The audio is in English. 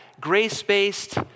grace-based